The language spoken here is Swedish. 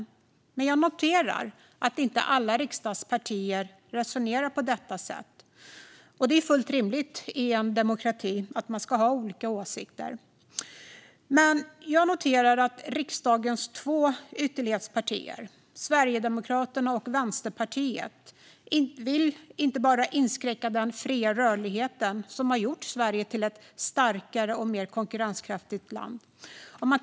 Jag noterar dock att inte alla riksdagspartier resonerar på detta sätt. Det är fullt rimligt i en demokrati att man har olika åsikter, men jag noterar att riksdagens två ytterlighetspartier, Sverigedemokraterna och Vänsterpartiet, vill inskränka den fria rörlighet som har gjort Sverige till ett starkare och mer konkurrenskraftigt land.